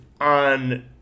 on